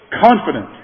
confident